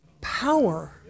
power